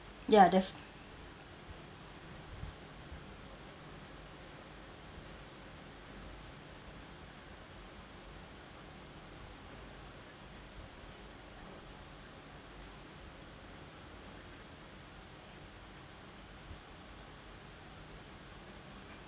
ya def~